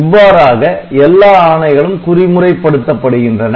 இவ்வாறாக எல்லா ஆணைகளும் குறிமுறைப்படுத்தப்படுகின்றன